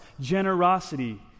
generosity